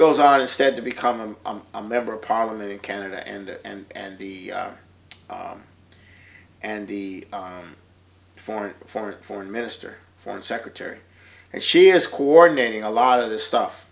goes on instead to become a member of parliament in canada and it and the and the foreign former foreign minister foreign secretary and she is coordinating a lot of this stuff